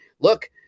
look